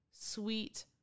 sweet